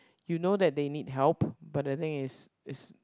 you know that they need help but the thing is